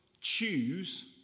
choose